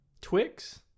Twix